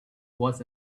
was